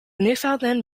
newfoundland